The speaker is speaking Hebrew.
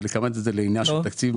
ולכמת את זה לעניין של תקציב,